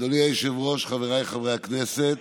אדוני היושב-ראש, חבריי חברי הכנסת,